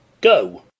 Go